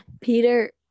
Peter